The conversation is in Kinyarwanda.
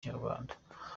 kinyarwanda